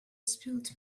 spilt